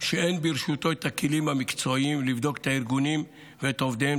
שאין ברשותו הכלים המקצועיים לבדוק את הארגונים ואת עובדיהם